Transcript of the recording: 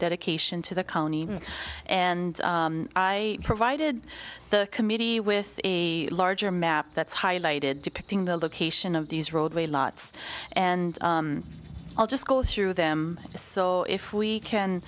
dedication to the county and i provided the committee with a larger map that's highlighted depicting the location of these roadway lots and i'll just go through them so if we can